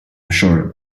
sure